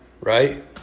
right